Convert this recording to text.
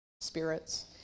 spirits